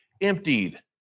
emptied